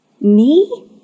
Me